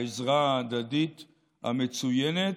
העזרה ההדדית המצוינת.